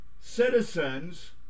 citizens